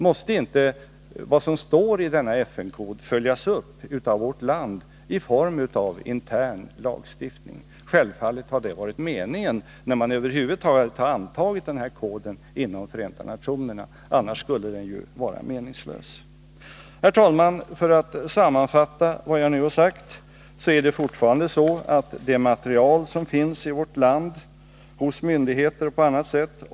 Måste inte vad som står i denna FN-kod följas upp av vårt land i form av intern lagstiftning? Självfallet har det varit meningen när man över huvud taget har antagit denna kod inom Förenta nationerna. Annars skulle den ju vara meningslös. Herr talman! Jag vill sammanfatta vad jag nu har sagt: Det är fortfarande att det material som finns i vårt land, hos myndigheter och på annat håll.